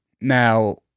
now